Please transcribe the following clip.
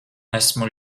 esmu